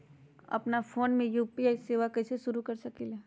अपना फ़ोन मे यू.पी.आई सेवा कईसे शुरू कर सकीले?